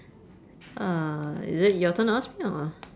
ah is it your turn to ask me or